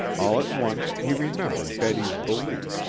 all at once he remembered betty's belief,